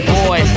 boy